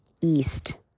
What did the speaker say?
east